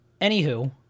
Anywho